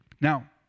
Now